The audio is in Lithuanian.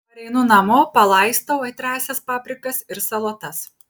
pareinu namo palaistau aitriąsias paprikas ir salotas